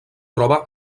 troba